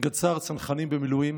גדס"ר צנחנים במילואים